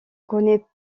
connaît